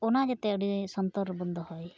ᱩᱱᱟ ᱜᱮᱫᱚ ᱟᱹᱰᱤ ᱥᱚᱱᱛᱚᱨ ᱨᱮᱵᱚᱱ ᱫᱚᱦᱚᱭ